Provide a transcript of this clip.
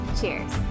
cheers